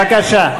בבקשה.